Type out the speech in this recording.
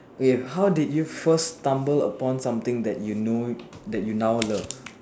okay how did you first stumble upon something that you know that you now love